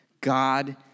God